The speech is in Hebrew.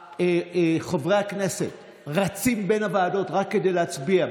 חברי הכנסת רצים בין הוועדות רק כדי להצביע,